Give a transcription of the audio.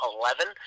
Eleven